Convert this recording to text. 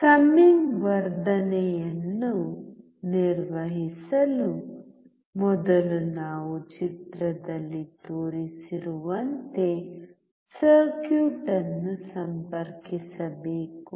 summing ವರ್ಧನೆಯನ್ನು ನಿರ್ವಹಿಸಲು ಮೊದಲು ನಾವು ಚಿತ್ರದಲ್ಲಿ ತೋರಿಸಿರುವಂತೆ ಸರ್ಕ್ಯೂಟ್ ಅನ್ನು ಸಂಪರ್ಕಿಸಬೇಕು